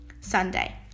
Sunday